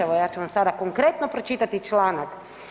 Evo ja ću vam sada konkretno pročitati članak.